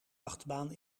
achtbaan